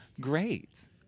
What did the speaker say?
Great